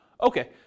okay